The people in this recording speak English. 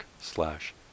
slash